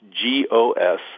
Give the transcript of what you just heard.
G-O-S